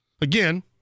Again